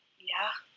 yeah?